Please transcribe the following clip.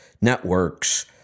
networks